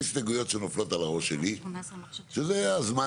יש הסתייגויות שנופלות על הראש שלי, ויש דברים